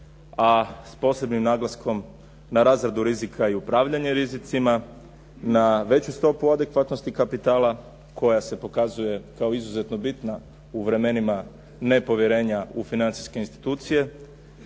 a s posebnim naglaskom na razradu rizika i upravljanje rizicima, na veću stopu adekvatnosti kapitala koja se pokazuje kao izuzetno bitna u vremenima nepovjerenja u financijske institucije,